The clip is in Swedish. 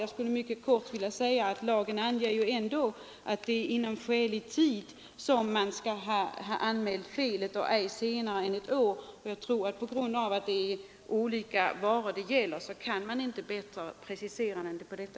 Jag skulle därför här mycket kortfattat vilja säga att lagen anger att felet skall anmälas inom skälig tid och inte senare än inom ett år. På grund av att det är fråga om olika slags varor kan man inte precisera närmare vad som skall gälla.